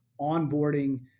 onboarding